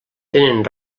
tenen